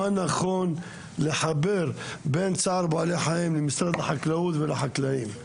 מה נכון לחבר בין צער בעלי חיים למשרד החקלאות ולחקלאים.